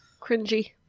Cringy